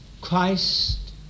Christ